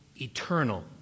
eternal